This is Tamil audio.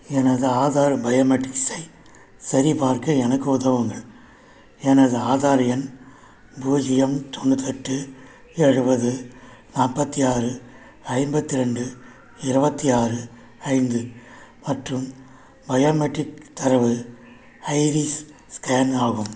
எனது ஆதார் பயோமெட்ரிக்ஸை சரிபார்க்க எனக்கு உதவுங்கள் எனது ஆதார் எண் பூஜ்யம் தொண்ணூற்றெட்டு எழுபது நாற்பத்தி ஆறு ஐம்பத்தி ரெண்டு இருபத்தி ஆறு ஐந்து மற்றும் பயோமெட்ரிக் தரவு ஐரிஸ் ஸ்கேன் ஆகும்